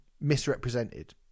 misrepresented